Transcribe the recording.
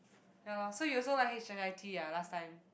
ya lor so you also like h_i_i_t ah last time